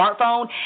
smartphone